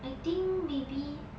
I think maybe